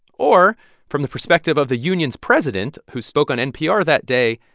or from the perspective of the union's president who spoke on npr that day,